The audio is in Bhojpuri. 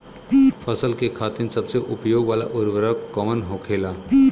फसल के खातिन सबसे उपयोग वाला उर्वरक कवन होखेला?